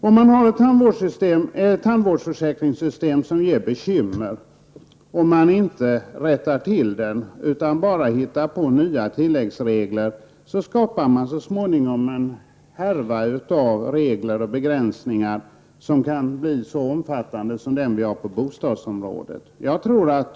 Om man har ett tandvårdsförsäkringssystem som ger bekymmer och om man inte rättar till det utan bara tillför det tilläggsregler, skapar man så småningom en härva av regler och begränsningar som kan bli så trasslig som den vi har på bostadsområdet.